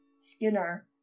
Skinner